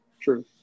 True